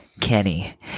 kenny